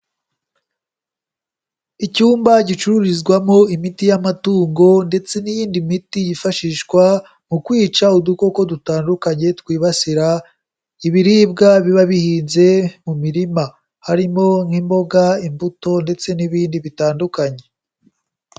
Icyumba gicururizwamo imiti y'amatungo ndetse n'iyindi miti yifashishwa mu kwica udukoko dutandukanye twibasira ibiribwa biba bihinze mu mirima, harimo nk'imboga, imbuto ndetse n'ibindi bitandukanye.